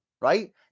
right